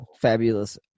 fabulous